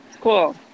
Cool